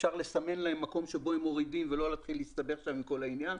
אפשר לסמן להם מקום בו הם מורידים ולא להתחיל להסתבך שם עם כל העניין.